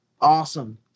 awesome